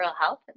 health